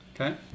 Okay